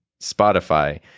Spotify